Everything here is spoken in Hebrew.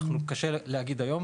קשה להגיד היום.